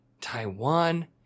Taiwan